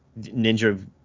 ninja